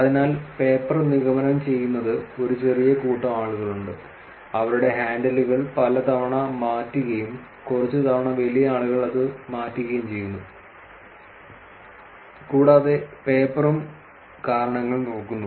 അതിനാൽ പേപ്പർ നിഗമനം ചെയ്യുന്നത് ഒരു ചെറിയ കൂട്ടം ആളുകളുണ്ട് അവരുടെ ഹാൻഡിലുകൾ പലതവണ മാറ്റുകയും കുറച്ച് തവണ വലിയ ആളുകൾ അത് മാറ്റുകയും ചെയ്യുന്നു കൂടാതെ പേപ്പറും കാരണങ്ങൾ നോക്കുന്നു